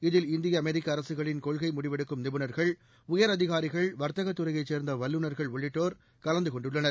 இதில் இந்திய அமெரிக்க அரசுகளின் கொள்கை முடிவெடுக்கும் நிபுணாகள் உயரதிகாரிகள் வாத்தகத் துறையைச் சே்ந்த வல்லுநா்கள் உள்ளிட்டோா் கலந்து கொண்டுள்ளனர்